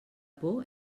por